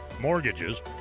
mortgages